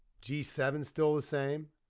g seven still the same,